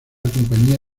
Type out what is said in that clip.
compañía